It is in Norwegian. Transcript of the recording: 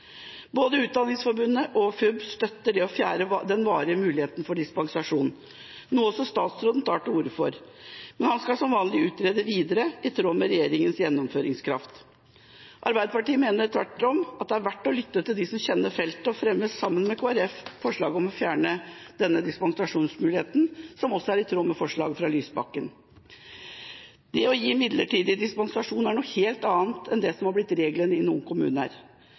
Både Utdanningsforbundet og Foreldreutvalget for barnehager støtter å fjerne den varige muligheten for dispensasjon, noe også statsråden tar til orde for. Men han skal som vanlig utrede videre i tråd med regjeringas gjennomføringskraft. Arbeiderpartiet mener tvert om at det er verdt å lytte til dem som kjenner feltet, og vi fremmer sammen med Kristelig Folkeparti forslag om å fjerne denne dispensasjonsmuligheten, noe som også er i tråd med forslaget fra Lysbakken. Det å gi midlertidig dispensasjon er noe helt annet enn det som er blitt regelen i noen